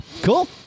Cool